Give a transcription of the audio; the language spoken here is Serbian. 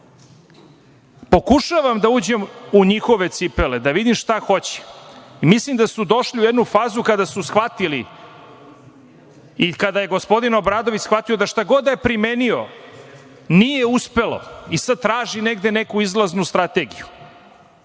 Pokušavam da uđem u njihove cipele, da vidim šta hoće. Mislim da su došli u jednu fazu kada su shvatili i kada je gospodin Obradović shvatio da šta god da je promenio nije uspelo i sada traži negde neku izlaznu strategiju.